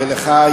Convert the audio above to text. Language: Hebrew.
ולך,